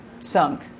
sunk